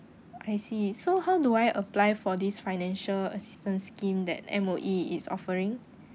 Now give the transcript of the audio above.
I see so how do I apply for this financial assistance scheme that M_O_E is offering